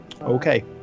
Okay